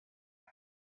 him